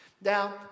Now